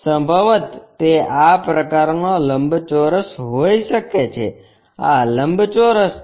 સંભવત તે આ પ્રકારનો લંબચોરસ હોઈ શકે છે આ લંબચોરસ છે